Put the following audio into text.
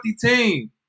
team